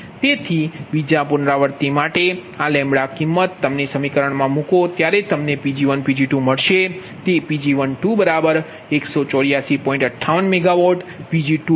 તેથી બીજા પુનરાવૃત્તિ માટે આ કિંમત તમે સમીકરણમાં મૂકો તમને Pg1 Pg2 મળશે તે Pg1184